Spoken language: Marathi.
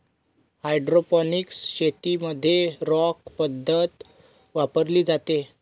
हायड्रोपोनिक्स शेतीमध्ये रॉक पद्धत वापरली जाते